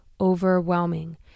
overwhelming